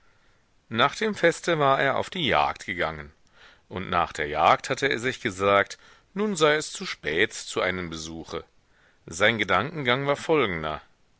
nach dem feste war er auf die jagd gegangen und nach der jagd hatte er sich gesagt nun sei es zu spät zu einem besuche sein gedankengang war folgender